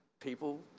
people